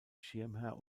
schirmherr